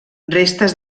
restes